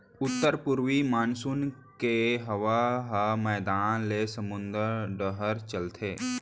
उत्तर पूरवी मानसून के हवा ह मैदान ले समुंद डहर चलथे